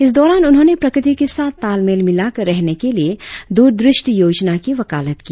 इस दौरान उन्होंने प्रकृति के साथ तालमेल मिलाकर रहने के लिए दूर दृष्टि योजना की वकालत की